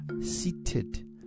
seated